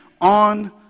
on